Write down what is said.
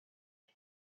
and